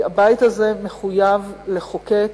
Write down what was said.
הבית הזה מחויב לחוקק,